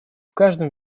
каждом